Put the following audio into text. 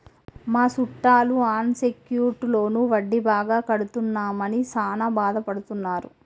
మా సుట్టాలు unsecured loan వడ్డీ బాగా కడుతున్నామని సాన బాదపడుతున్నారు